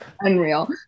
unreal